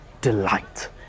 delight